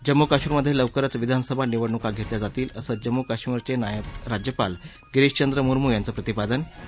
जम्मू आणि कश्मीरमधे लवकरच विधानसभा निवडणूका घेतल्या जातील असं जम्मू कश्मीरचे नायव राज्यपाल गिरीश चंद्र मुरमू यांनी सांगितलं